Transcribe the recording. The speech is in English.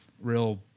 real